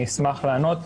אני אשמח לענות,